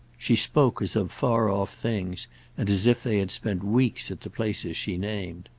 she spoke as of far-off things and as if they had spent weeks at the places she named.